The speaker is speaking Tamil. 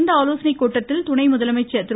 இந்த ஆலோசனைக்கூட்டத்தில் துணை முதலமைச்சர் திரு